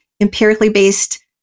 empirically-based